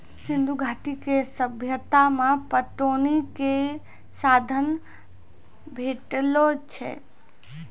सिंधु घाटी के सभ्यता मे पटौनी के साधन भेटलो छै